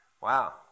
wow